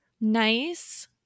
nice